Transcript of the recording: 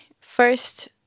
first